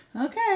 okay